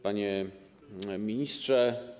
Panie Ministrze!